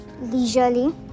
leisurely